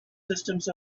systems